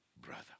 brother